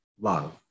love